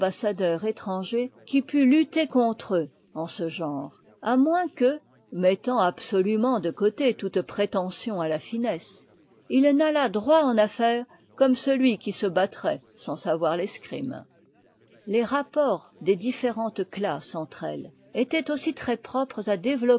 d'ambassadeur étranger qui pût lutter contre eux en ce genre à moins que mettant absolument de côté toute prétention à la finesse il n'allât droit en affaires comme celui qui se battrait sans savoir l'escrime les rapports des différentes classes entre elles étaient aussi très propres à